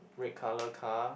red colour car